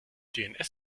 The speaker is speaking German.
dns